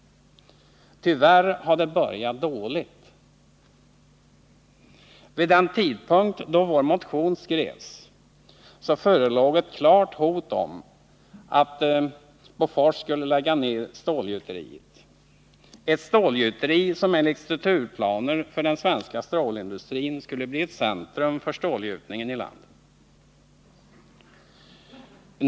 Tyvärr har det börjat dåligt. Vid den tidpunkt då vår motion skrevs föreråg ett klart hot om att Bofors stålgjuteri skulle läggas ned — ett stålgjuteri som enligt strukturplaner för den svenska stålindustrin skulle bli centrum för stålgjutningen i landet.